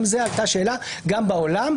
גם זו שאלה שעלתה בעולם,